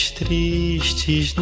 tristes